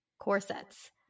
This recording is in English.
corsets